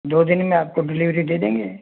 दो दिन में आपको डिलीवरी दे देंगे